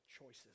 choices